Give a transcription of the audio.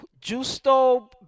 Justo